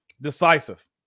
decisive